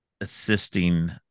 assisting